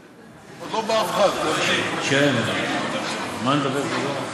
על מה נדבר?